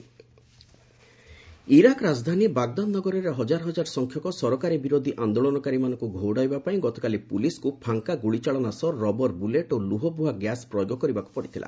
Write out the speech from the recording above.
Iraq protest Iraq ରାଜଧାନୀ Baghdad ନଗରୀରେ ହଜାର ସଂଖ୍ୟକ ସରକାରୀ ବିରୋଧୀ ଆନ୍ଦୋଳନକାରୀମାନଙ୍କୁ ଘଉଡ଼ାଇବା ପାଇଁ ଗତକାଲି ପୁଲିସ୍କୁ ଫାଙ୍କା ଗୁଳିଚାଳନା ସହ ରବର ବୁଲେଟ୍ ଓ ଲୁହବୁହା ଗ୍ୟାସ୍ ପ୍ରୟୋଗ କରିବାକୁ ପଡ଼ିଥିଲା